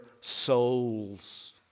souls